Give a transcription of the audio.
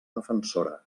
defensora